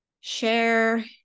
share